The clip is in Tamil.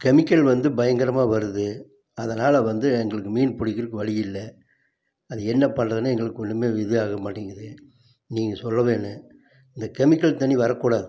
கெமிக்கல் வந்து பயங்கரமாக வருது அதனால் வந்து எங்களுக்கு மீன் பிடிக்கிறதுக்கு வழி இல்லை அது என்ன பண்ணுறதுனே எங்களுக்கு ஒன்றுமே இதாக மாட்டேங்குது நீங்கள் சொல்ல வேணும் இந்த கெமிக்கல் தண்ணிர் வரக்கூடாது